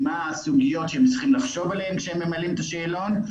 מה הסוגיות שהם צריכים לחשוב עליהן כשהם ממלאים את השאלון.